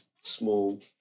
small